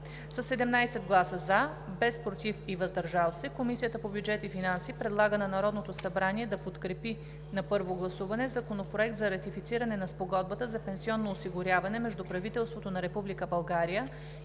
17 гласа „за“, без „против“ и „въздържал се“, Комисията по бюджет и финанси предлага на Народното събрание да подкрепи на първо гласуване Законопроект за ратифициране на Спогодбата за пенсионно осигуряване между правителството на